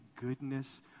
goodness